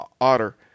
otter